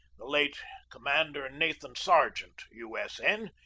the late commander nathan sargent, u. s. n,